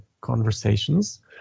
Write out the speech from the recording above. conversations